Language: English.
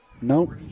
no